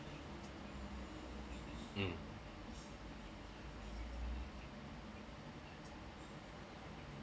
mm